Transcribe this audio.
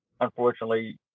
unfortunately